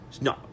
No